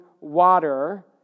water